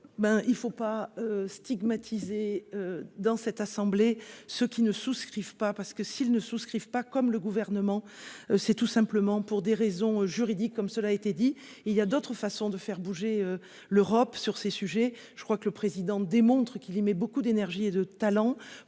il ne faut pas. Stigmatiser dans cette assemblée, ceux qui ne souscrivent pas parce que s'ils ne souscrivent pas comme le gouvernement, c'est tout simplement pour des raisons juridiques, comme cela a été dit il y a d'autres façons de faire bouger l'Europe sur ces sujets, je crois que le président démontre qu'il aimait beaucoup d'énergie et de talent pour